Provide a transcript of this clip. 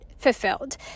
fulfilled